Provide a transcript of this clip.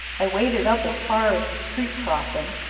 i waded up as far as the street crossing,